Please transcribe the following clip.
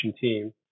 team